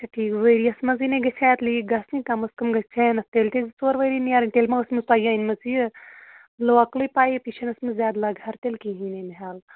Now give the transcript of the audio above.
اچھا ٹھیٖک ؤرۍیَس منٛزٕے نَے گَژھِ اَتھ لیٖک گژھٕنۍ کَم آز کَم گژھٮ۪نہٕ تیٚلہِ تہِ زٕ ژور ؤری نیرن تیٚلہِ ما ٲسمٕژ تۄہہِ یہِ أنۍمٕژ یہِ لوکلٕے پایپ یہِ چھَنہٕ ٲسمٕژ زیادٕ لَگہار تیٚلہِ کِہیٖنۍ اَمہِ حالہٕ